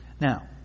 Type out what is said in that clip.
Now